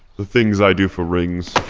the things i do for rings